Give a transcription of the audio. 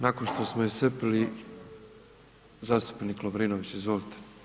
Nakon što smo iscrpili, zastupnik Lovrinović, izvolite.